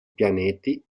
pianeti